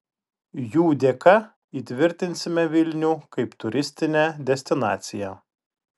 jų dėka įtvirtinsime vilnių kaip turistinę destinaciją